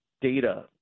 data